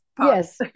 yes